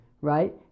right